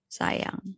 sayang